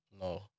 No